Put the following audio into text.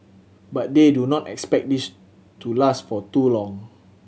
but they do not expect this to last for too long